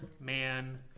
man